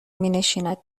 مینشیند